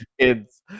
kids